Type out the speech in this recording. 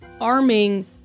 arming